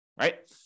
right